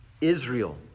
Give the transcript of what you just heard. Israel